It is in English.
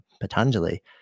Patanjali